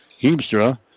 Heemstra